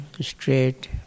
straight